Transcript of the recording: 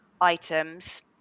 items